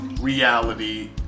reality